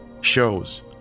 shows